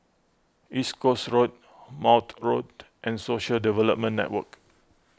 East Coast Road Maude Road and Social Development Network